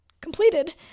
completed